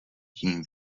tím